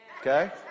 Okay